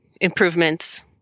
improvements